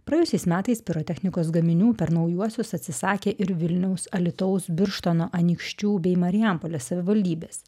praėjusiais metais pirotechnikos gaminių per naujuosius atsisakė ir vilniaus alytaus birštono anykščių bei marijampolės savivaldybės